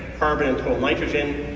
carbon and total nitrogen,